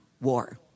war